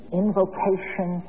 invocation